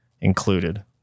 included